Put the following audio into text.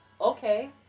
Okay